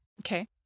Okay